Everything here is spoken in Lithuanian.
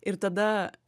ir tada